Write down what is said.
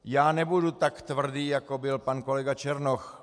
Já nebudu tak tvrdý jako byl pan kolega Černoch.